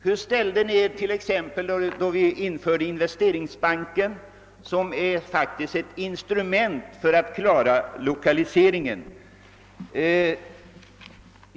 Hur ställde ni er t.ex. då vi skapade Investeringsbanken, som faktiskt är ett instrument för att klara lokaliseringen?